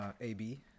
AB